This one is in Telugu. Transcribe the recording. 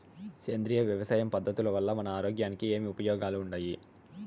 సేంద్రియ వ్యవసాయం పద్ధతుల వల్ల మన ఆరోగ్యానికి ఏమి ఉపయోగాలు వుండాయి?